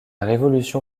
révolution